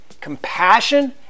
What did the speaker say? Compassion